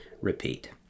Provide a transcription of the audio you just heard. repeat